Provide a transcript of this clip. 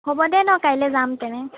হ'ব দে ন' কাইলৈ যাম তেনে